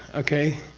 okay?